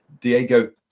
Diego